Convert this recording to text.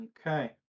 Okay